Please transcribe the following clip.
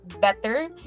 better